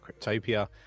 cryptopia